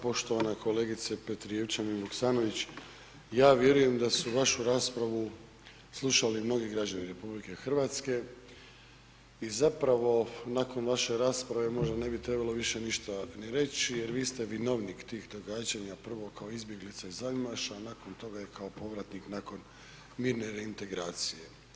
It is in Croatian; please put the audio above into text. Poštovana kolegice Petrijevčanin Vuksanović, ja vjerujem da su vašu raspravu slušali mnogi građani RH i zapravo nakon vaše rasprave možda ne bi trebalo više ništa ni reći jer vi ste vinovnik tih događanja prvo kao izbjeglica iz Aljmaša a nakon toga a nakon toga i kao povratnik nakon mirne reintegracije.